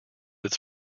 its